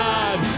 God